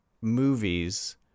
movies